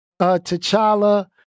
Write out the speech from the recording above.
T'Challa